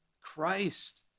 Christ